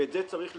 ואת זה צריך לתקן.